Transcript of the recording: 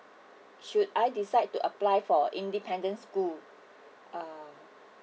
should I decide to apply for independence school uh